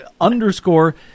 underscore